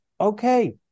Okay